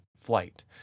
flight